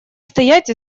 стоять